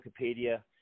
Wikipedia